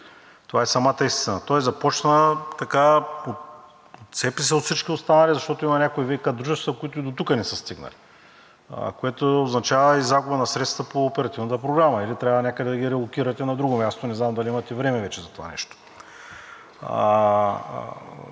Това е самата истина. Той започна, отцепи се от всички останали, защото има някои ВиК дружества, които и дотук не са стигнали, което означава и загуба на средства по оперативната програма, или трябва някъде да ги релокирате на друго място, не знам дали имате време вече за това нещо.